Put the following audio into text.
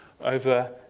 over